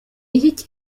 iki